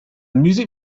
music